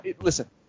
Listen